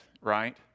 Right